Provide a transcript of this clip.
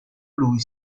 lui